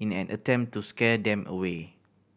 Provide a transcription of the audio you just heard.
in an attempt to scare them away